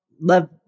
love